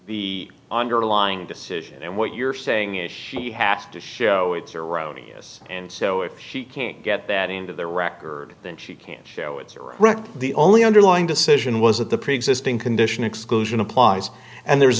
the underlying decision and what you're saying is she has to show it's erroneous and so if she can't get that into the record then she can show its direct the only underlying decision was that the preexisting condition exclusion applies and there's